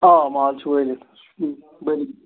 آ مال چھُ وٲلِتھ